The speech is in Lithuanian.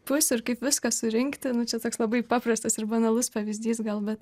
pusių ir kaip viską surinkti nu čia toks labai paprastas ir banalus pavyzdys gal bet